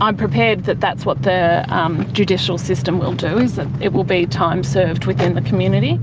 i'm prepared that that's what the judicial system will do, is that it will be time served within the community.